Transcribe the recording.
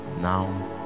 now